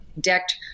decked